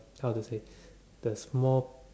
how to say the small